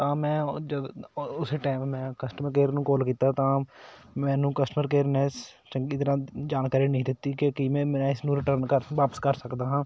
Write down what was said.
ਤਾਂ ਮੈਂ ਜਦੋਂ ਉਸੇ ਟਾਈਮ ਮੈਂ ਕਸਟਮਰ ਕੇਅਰ ਨੂੰ ਕਾਲ ਕੀਤਾ ਤਾਂ ਮੈਨੂੰ ਕਸਟਮਰ ਕੇਅਰਨੈਸ ਚੰਗੀ ਤਰ੍ਹਾਂ ਜਾਣਕਾਰੀ ਨਹੀਂ ਦਿੱਤੀ ਕਿ ਕਿਵੇਂ ਮੈਂ ਇਸ ਨੂੰ ਰਿਟਰਨ ਕਰ ਵਾਪਸ ਕਰ ਸਕਦਾ ਹਾਂ